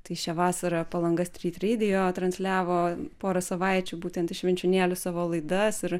tai šią vasarą palanga stryt reidijo transliavo porą savaičių būtent iš švenčionėlių savo laidas ir